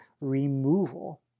removal